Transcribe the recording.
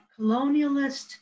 colonialist